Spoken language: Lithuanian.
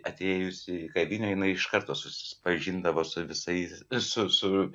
atėjusi į kavinę jinai iš karto susipažindavo su visais su su